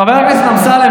חבר הכנסת אמסלם,